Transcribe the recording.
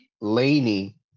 Laney